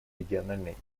региональной